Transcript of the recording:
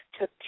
took